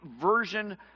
version